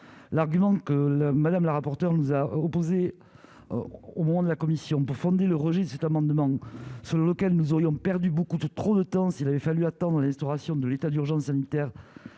l'argument que le madame la rapporteure nous a opposé au moment de la Commission pour fonder le rejet de cet amendement sur lequel nous aurions perdu beaucoup de trop de temps s'il avait fallu attendre à l'instauration de l'état d'urgence sanitaire